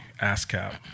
ASCAP